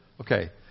Okay